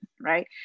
right